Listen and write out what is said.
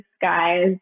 guys